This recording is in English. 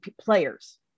players